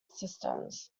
systems